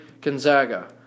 Gonzaga